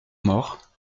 mor